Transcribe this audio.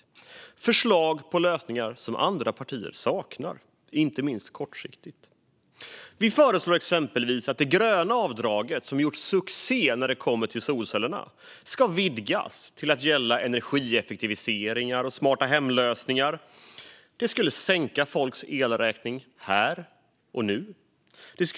Vi har förslag på lösningar som andra partier saknar, inte minst kortsiktigt. Vi föreslår exempelvis att det gröna avdraget som gjort succé när det gäller solceller ska utvidgas till att gälla energieffektivisering och smarta-hem-lösningar. Det skulle sänka folks elräkningar här och nu.